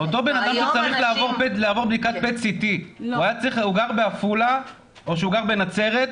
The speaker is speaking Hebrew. אותו אדם צריך לעבור בדיקת PET-CT. הוא גר בעפולה או שהוא גר בנצרת,